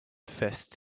fist